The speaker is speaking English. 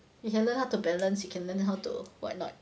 you can learn how to balance you can learn how to what not